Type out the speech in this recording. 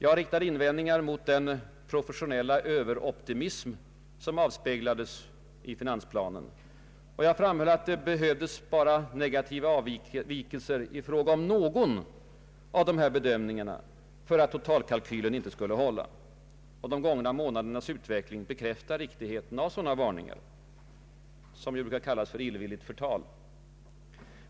Jag riktade invändningar mot den professionella överoptimism som avspeglades i finansplanen, och jag framhöll att det endast behövdes negativa avvikelser i fråga om någon av bedömningarna för att totalkalkylen inte skulle hålla. De gångna månadernas utveckling bekräftar riktigheten av sådana varningar, som ju brukar kallas för illvilligt förtal.